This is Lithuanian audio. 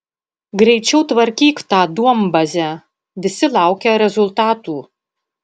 greičiau tvarkyk tą duombazę visi laukia rezultatų